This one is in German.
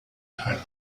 teil